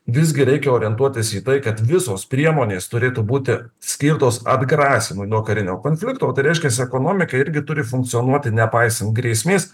visgi reikia orientuotis į tai kad visos priemonės turėtų būti skirtos atgrasymui nuo karinio konflikto tai reiškiasi ekonomika irgi turi funkcionuoti nepaisan grėsmės